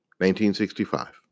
1965